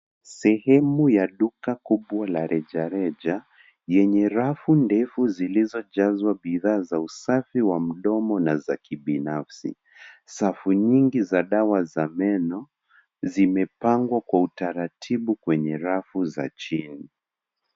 Sehemu ya duka kubwa la rejareja yenye rafu ndefu zilizojazwa bidhaa za usafi wa mdomo na za kibinafsi. Safu nyingi za dawa za meno, zimepangwa kwa utaratibu kwenye rafu za chini.